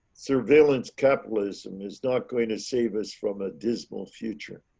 surveillance capitalism is not going to save us from a dismal future